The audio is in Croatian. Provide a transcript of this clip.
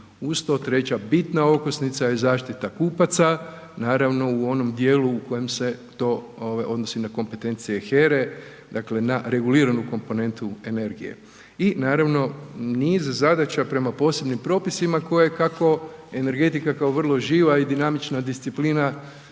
Uz to, treća bitna okosnica je zaštita kupaca naravno u onom djelu u kojem se to odnosi na kompetencije HERA-e, dakle na reguliranu komponentu energije. I naravno, niz zadaća prema posebnim propisima koje kako energetika kao vrlo živa i dinamična disciplina